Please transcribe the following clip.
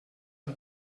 del